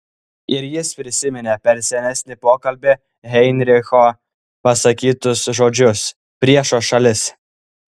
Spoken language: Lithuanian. ir jis prisiminė per senesnį pokalbį heinricho pasakytus žodžius priešo šalis